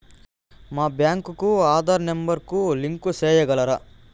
మా బ్యాంకు కు ఆధార్ నెంబర్ కు లింకు సేయగలరా?